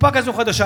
לקופה כזאת חדשה.